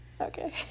Okay